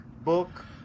book